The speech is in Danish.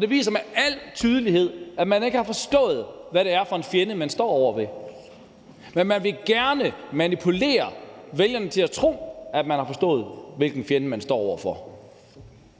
Det viser med al tydelighed, at man ikke har forstået, hvad det er for en fjende, man står over for. Men man vil gerne manipulere vælgerne til at tro, at man har forstået, hvilken fjende man står over for.